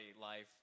life